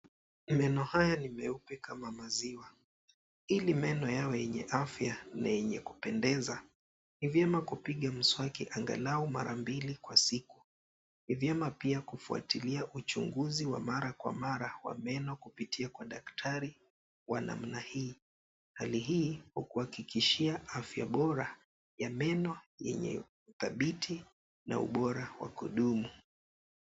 Meno haya ni meupe kama maziwa. Ili meno yawe yenye afya na yenye kupendeza ni vyema kupiga mswaki angalau mara mbili kwa siku. Ni vyema pia kufuatilia uchunguzi wa mara kwa mara wa meno kupitia kwa daktari wa namna hii. Hali hii hukuhakikishia afya bora ya meno yenye dhabiti na ubora wa kudumu.